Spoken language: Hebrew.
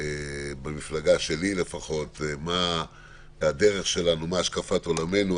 במפלגה שלי לפחות, מה הדרך שלנו, מה השקפת עולמנו.